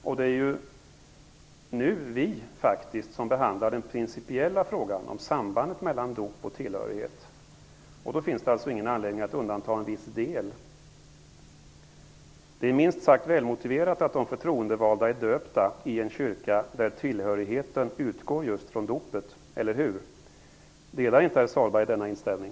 Och det är ju vi som nu behandlar den principiella frågan om sambandet mellan dop och tillhörighet. Då finns det alltså ingen anledning att undanta en viss del. Det är minst sagt välmotiverat att de förtroendevalda är döpta i en kyrka där tillhörigheten utgår just från dopet. Delar inte herr Sahlberg denna inställning?